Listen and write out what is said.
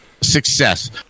success